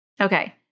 Okay